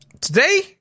Today